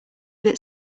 that